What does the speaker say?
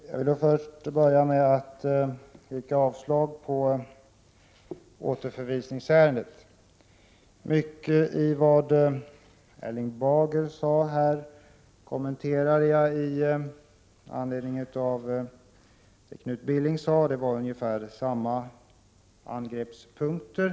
Fru talman! Jag vill börja med att yrka avslag på förslaget om återförvisning. Mycket av det som Erling Bager sade kommenterade jag i anledning av Knut Billings anförande, på ungefär samma angreppspunkter.